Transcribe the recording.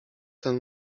ten